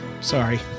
Sorry